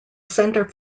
center